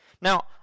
Now